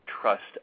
trust